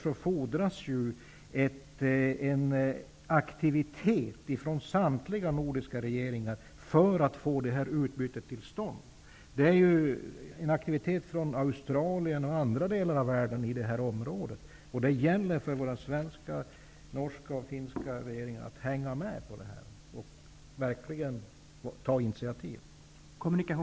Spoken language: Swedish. Det fordras därför en aktivitet från samtliga nordiska regeringar för att vi skall få det här utbytet till stånd. Det förekommer nu aktivitet från Australien och andra delar av världen i det här området, och det gäller för de svenska, norska och finska regeringarna att hänga med och verkligen ta initiativ.